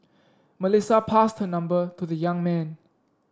Melissa passed her number to the young man